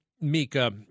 Mika